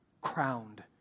crowned